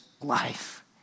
life